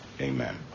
Amen